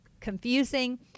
confusing